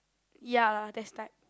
ya that's type